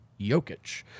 Jokic